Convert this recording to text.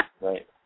right